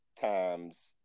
times